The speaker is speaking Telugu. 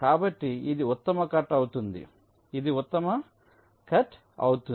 కాబట్టి ఇది ఉత్తమ కట్ అవుతుంది ఇది ఉత్తమ కట్ అవుతుంది